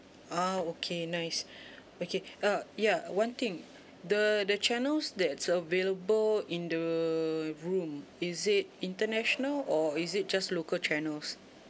ah okay nice okay uh ya one thing the the channels that's available in the room is it international or is it just local channels